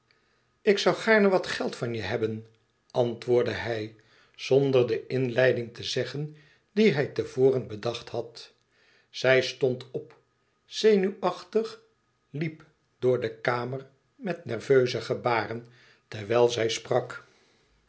ik zoû gaarne wat geld van je hebben antwoordde hij zonder de inleiding te zeggen die hij te voren bedacht had zij stond op zenuwachtig liep door de kamer met nerveuze gebaren terwijl zij sprak